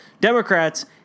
Democrats